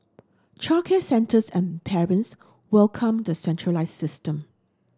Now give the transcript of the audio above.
childcare centres and parents welcomed the centralised system